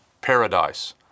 paradise